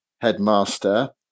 headmaster